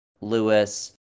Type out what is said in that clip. Lewis